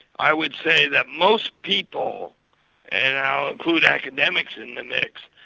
i would say that most people and i include academics in the mix,